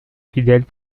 fidèles